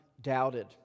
doubted